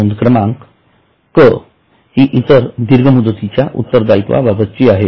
नोंद क्रमांक क ही इतर दीर्घ मुदतीच्या उत्तरदायीत्वा बाबतची आहे